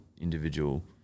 individual